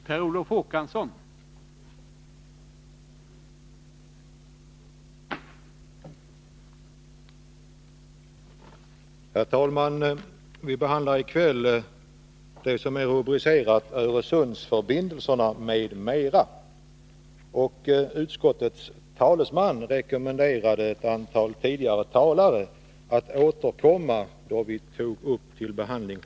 Herr talman! Vi behandlar i kväll ett ärende som är rubricerat ”Öresunds Granskning av förbindelserna m.m.”. Utskottets talesman rekommenderade ett par den ekonomiska tidigare talare att återkomma då vi tar upp själva sakfrågan till behandling.